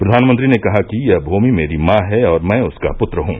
प्रधानमंत्री ने कहा कि यह भूमि मेरी मॉ है और मैं उसका पुत्र हूँ